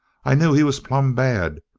i knew he was plumb bad.